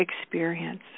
experience